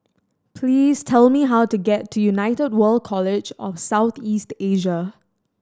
please tell me how to get to United World College of South East Asia